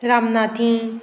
Ramnathi